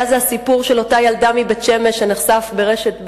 היה זה הסיפור של אותה ילדה מבית-שמש שנחשף ברשת ב'.